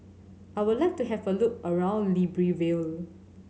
I would like to have a look around Libreville